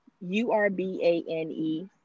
u-r-b-a-n-e